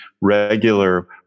regular